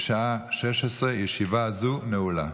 בשעה 16:00. ישיבה זו נעולה.